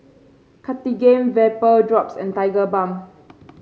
Cartigain Vapodrops and Tigerbalm